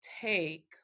take